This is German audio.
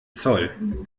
zoll